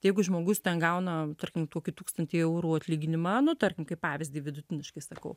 tai jeigu žmogus ten gauna tarkim tokį tūkstantį eurų atlyginimą nu tarkim kaip pavyzdį vidutiniškai sakau